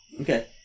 Okay